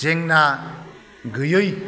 जेंना गैयै